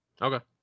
Okay